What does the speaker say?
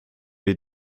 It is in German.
wir